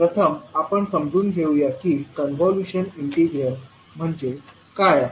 प्रथम आपण समजून घेऊया की कॉन्व्होल्यूशन इंटिग्रल म्हणजे काय आहे